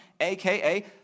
aka